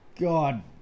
God